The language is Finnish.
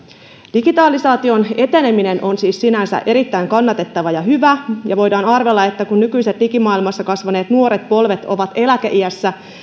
digitalisaation eteneminen on siis sinänsä erittäin kannatettava ja hyvä asia ja voidaan arvella että kun nykyiset digimaailmassa kasvaneet nuoret polvet ovat eläkeiässä